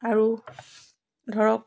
আৰু ধৰক